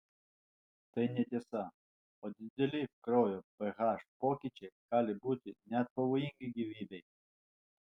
tai netiesa o dideli kraujo ph pokyčiai gali būti net pavojingi gyvybei